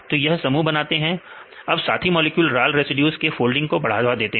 तो यह समूह बनाते हैं अब साथी मॉलिक्यूल लाल रेसिड्यूज के फोल्डिंग को बढ़ावा देते हैं